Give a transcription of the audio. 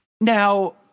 Now